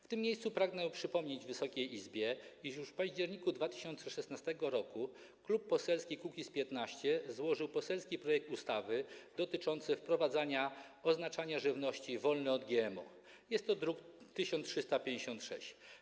W tym miejscu pragnę przypomnieć Wysokiej Izbie, iż już w październiku 2016 r. Klub Poselski Kukiz’15 złożył poselski projekt ustawy dotyczący wprowadzenia oznaczania żywności „wolne od GMO”, jest to druk nr 1356.